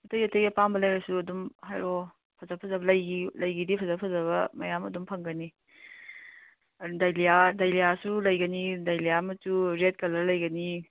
ꯑꯇꯩ ꯑꯇꯩ ꯑꯄꯥꯝꯕ ꯂꯩꯔꯁꯨ ꯑꯗꯨꯝ ꯍꯥꯏꯔꯛꯑꯣ ꯐꯖ ꯐꯖꯕ ꯂꯩꯒꯤꯗꯤ ꯐꯖ ꯐꯖꯕ ꯃꯌꯥꯝ ꯑꯗꯨꯝ ꯐꯪꯒꯅꯤ ꯗꯥꯏꯂꯤꯌꯥ ꯗꯥꯏꯂꯤꯌꯥꯁꯨ ꯂꯩꯒꯅꯤ ꯗꯥꯏꯂꯤꯌꯥ ꯃꯆꯨ ꯔꯦꯗ ꯀꯂꯔ ꯂꯩꯒꯅꯤ